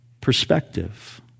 perspective